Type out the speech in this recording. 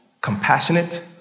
compassionate